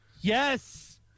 Yes